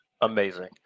Amazing